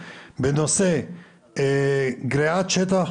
הוא שבסופו של דבר אפשר להוציא היתרי בנייה מכוח אותה תוכנית.